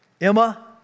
Emma